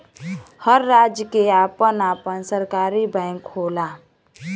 हर राज्य के आपन आपन सरकारी बैंक होला